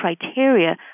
criteria